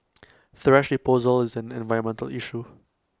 thrash disposal is an environmental issue